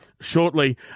Shortly